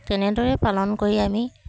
তেনেদৰে পালন কৰি আমি